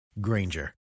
granger